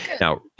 Now